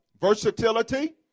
Versatility